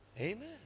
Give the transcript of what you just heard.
Amen